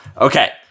okay